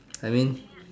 I mean